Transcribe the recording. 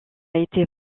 été